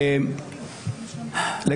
מאה אחוז.